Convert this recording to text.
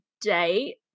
date